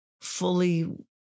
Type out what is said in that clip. fully